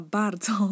bardzo